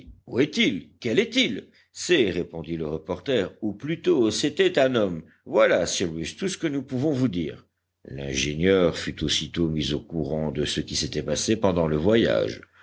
est-il quel est-il c'est répondit le reporter ou plutôt c'était un homme voilà cyrus tout ce que nous pouvons vous dire l'ingénieur fut aussitôt mis au courant de ce qui s'était passé pendant le voyage